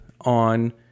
on